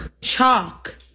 Chalk